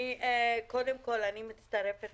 קודם כול, אני מצטרפת